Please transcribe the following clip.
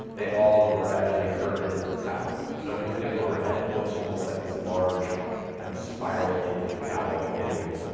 they all gradually curve in to the tower. so if you're looking at it overhead, it looks like this large kind of spiral into the tower, like a pinwheel.